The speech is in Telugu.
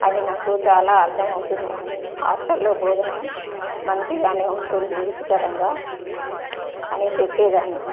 అవి నాకు చాలా అర్థమవుతున్నాయని హాస్టల్లో భోజనం మంచిగా ఉంటుంది రుచికరంగా అని చెప్పేదాన్ని